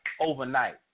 overnight